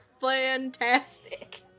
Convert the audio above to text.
fantastic